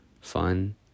fun